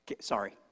Sorry